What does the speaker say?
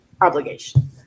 Obligation